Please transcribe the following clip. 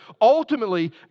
ultimately